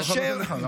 אני לא חייב לתת לך.